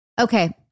Okay